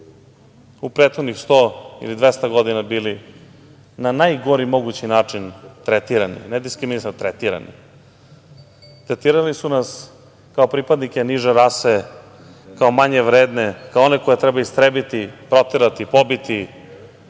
u prethodnih 100 ili 200 godina bili na najgori mogući način tretirani, ne diskriminisani, nego tretirani. Tretirali su nas kao pripadnike niže rase, kao manje vredne, kao one koje treba istrebiti, proterati, pobiti,